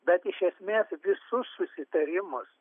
bet iš esmės visus susitarimus